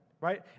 right